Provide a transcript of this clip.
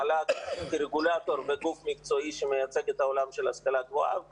מל"ג כרגולטור וגוף מקצועי שמייצג את העולם של ההשכלה הגבוהה,